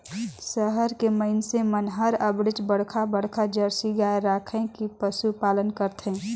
सहर के मइनसे मन हर अबड़ेच बड़खा बड़खा जरसी गाय रायख के पसुपालन करथे